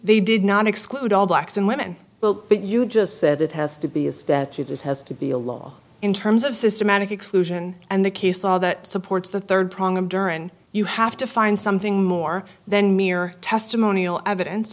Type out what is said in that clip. they did not exclude all blacks and women well but you just said it has to be a statute it has to be a law in terms of systematic exclusion and the case law that supports the third prong of duren you have to find something more than mere testimonial evidence